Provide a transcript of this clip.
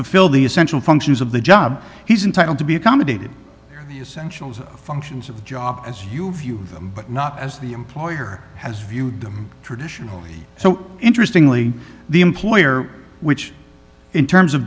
essential functions of the job he's entitled to be accommodated in the essential functions of the job as you view them but not as the employer has viewed them traditionally so interestingly the employer which in terms of